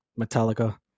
metallica